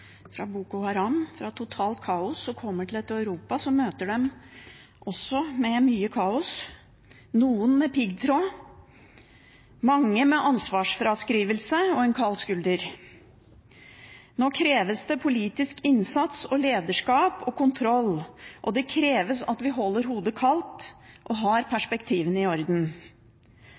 fra Boko Haram, fra totalt kaos og kommer til et Europa som også møter dem med mye kaos, noen med piggtråd, mange med ansvarsfraskrivelse og en kald skulder. Nå kreves det politisk innsats og lederskap og kontroll, og det kreves at vi holder hodet kaldt og har perspektivene i orden.